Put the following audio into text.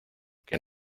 que